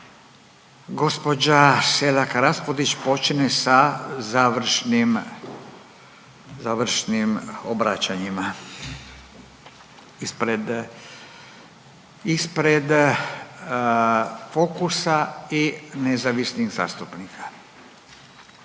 Gospođa Selak Rapudić počinje sa završnim, završnim obraćanjima ispred, ispred Fokusa i nezavisnih zastupnika.